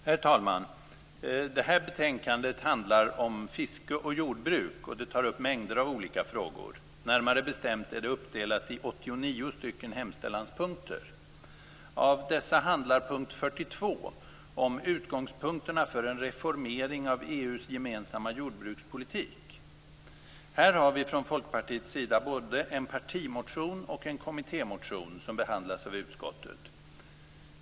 Herr talman! Det här betänkandet handlar om fiske och jordbruk och det tar upp mängder av olika frågor. Närmare bestämt är det uppdelat i 89 stycken hemställanspunkter. Av dessa handlar punkt 42 om utgångspunkterna för en reformering av EU:s gemensamma jordbrukspolitik. Här har vi från Folkpartiets sida både en partimotion och en kommittémotion, som behandlas av utskottet.